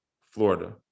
Florida